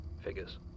Figures